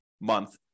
month